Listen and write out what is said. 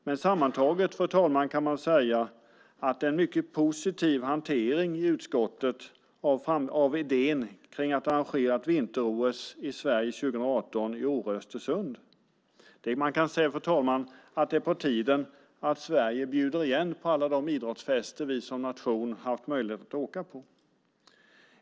Men sammantaget kan man säga, fru talman, att det är en mycket positiv hantering i utskottet av idén att arrangera ett vinter-OS i Sverige 2018 i Åre-Östersund. Man kan säga att det är på tiden att Sverige bjuder igen för alla de idrottsfester vi som nation har haft möjlighet att åka till.